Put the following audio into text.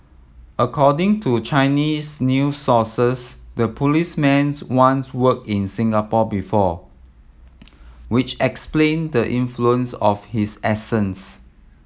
according to Chinese new sources the policeman's once worked in Singapore before which explain the influence of his accents